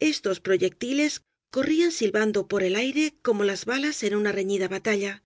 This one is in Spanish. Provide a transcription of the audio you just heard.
estos proyectiles corrían silbando por el aire como las balas en una reñida batalla